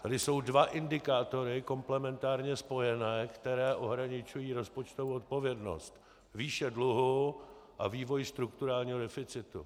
Tady jsou dva indikátory komplementárně spojené, které ohraničují rozpočtovou odpovědnost: výše dluhu a vývoj strukturálního deficitu.